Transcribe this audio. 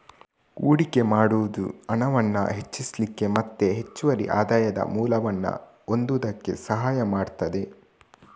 ಹೂಡಿಕೆ ಮಾಡುದು ಹಣವನ್ನ ಹೆಚ್ಚಿಸ್ಲಿಕ್ಕೆ ಮತ್ತೆ ಹೆಚ್ಚುವರಿ ಆದಾಯದ ಮೂಲವನ್ನ ಹೊಂದುದಕ್ಕೆ ಸಹಾಯ ಮಾಡ್ತದೆ